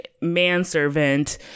manservant